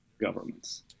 governments